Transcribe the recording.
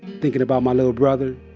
thinking about my little brother,